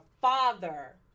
father